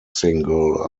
single